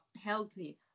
healthy